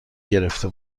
گرفته